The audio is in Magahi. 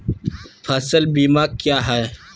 फ़सल बीमा क्या है?